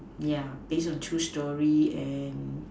yeah based on true story and